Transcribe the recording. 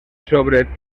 sobre